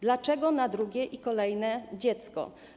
Dlaczego na drugie i kolejne dziecko?